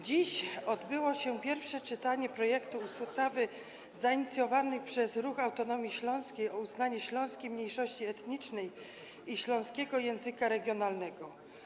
Dziś odbyło się pierwsze czytanie projektu ustawy zainicjowanego przez Ruch Autonomii Śląska o uznaniu śląskiej mniejszości etnicznej i śląskiego języka regionalnego.